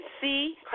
see